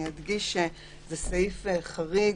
אני אדגיש שמדובר בסעיף חריג,